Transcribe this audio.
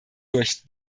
durch